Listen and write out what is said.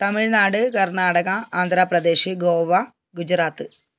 Tamil Nadu Karnataka ആധ്രപ്രേദേശ് Goa Gujarat